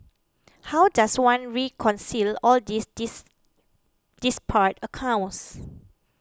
how does one reconcile all these disparate accounts